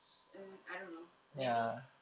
mm I don't know maybe